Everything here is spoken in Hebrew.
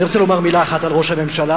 אני רוצה לומר מלה אחת על ראש הממשלה,